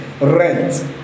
rent